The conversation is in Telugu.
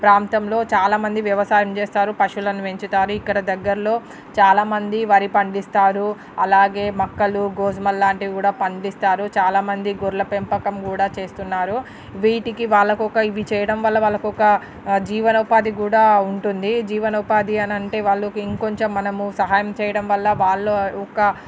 ప్రాంతంలో చాలామంది వ్యవసాయం చేస్తారు పశువులను పెంచుతారు ఇక్కడ దగ్గర్లో చాలామంది వరి పండిస్తారు అలాగే మొక్కలు గోధుమలాంటివి కూడా పండిస్తారు చాలామంది గొర్ల పెంపకం కూడా చేస్తున్నారు వీటికి వాళ్ళకు ఒక ఇవి చేయడం వల్ల వాళ్ళకొక జీవనోపాధి కూడా ఉంటుంది జీవనోపాధి అనంటే వాళ్ళకి ఇంకొంచెం మనము సహాయం చేయడం వల్ల వాళ్ళు ఒక